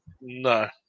No